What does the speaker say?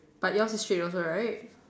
but yours is straight also right